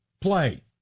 Play